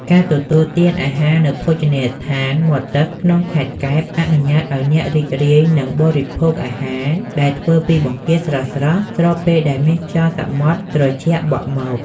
ការទទួលទានអាហារនៅភោជនីយដ្ឋានមាត់ទឹកក្នុងខេត្តកែប អនុញ្ញាតឱ្យអ្នករីករាយនឹងបរិភោគអាហារដែលធ្វើពីបង្គាស្រស់ៗ ស្របពេលដែលមានខ្យល់សមុទ្រត្រជាក់បក់មក។